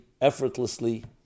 effortlessly